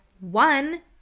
one